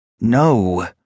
No